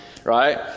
Right